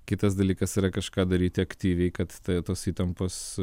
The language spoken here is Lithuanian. kitas dalykas yra kažką daryti aktyviai kad ta tos įtampos